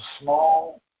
small